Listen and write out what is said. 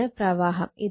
ഇതാണ് പ്രവാഹം